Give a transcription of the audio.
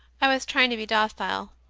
i was trying to be docile,